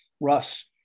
Russ